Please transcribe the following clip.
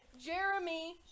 Jeremy